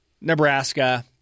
Nebraska-